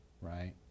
Right